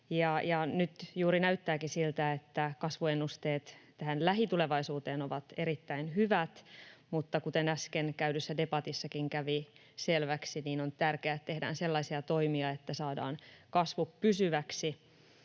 Nyt juuri näyttääkin siltä, että kasvuennusteet lähitulevaisuuteen ovat erittäin hyvät, mutta kuten äsken käydyssä debatissakin kävi selväksi, on tärkeää, että tehdään sellaisia toimia, että saadaan kasvu pysyväksi,